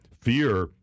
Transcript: fear